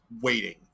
waiting